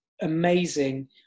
amazing